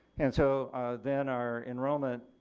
and so then our enrollment